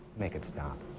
make it stop.